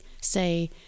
say